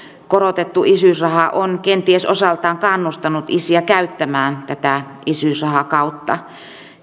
korotettu isyysraha on kenties osaltaan kannustanut isiä käyttämään tätä isyysrahakautta